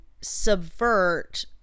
subvert